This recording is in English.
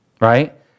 right